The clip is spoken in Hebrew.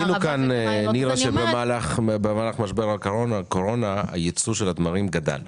הערבה --- גילינו שבמהלך משבר הקורונה ייצוא התמרים גדל.